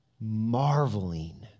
marveling